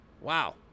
Wow